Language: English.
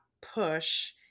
push